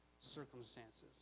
circumstances